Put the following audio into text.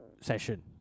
session